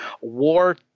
war